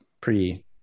pre